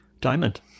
Diamond